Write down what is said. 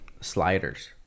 Sliders